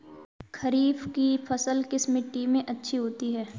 खरीफ की फसल किस मिट्टी में अच्छी होती है?